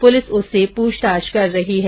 police उससे पूछताछ कर रही है